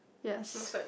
yes